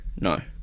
no